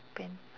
pain